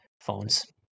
phones